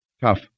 Tough